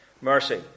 mercy